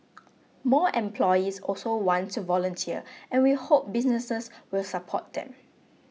more employees also want to volunteer and we hope businesses will support them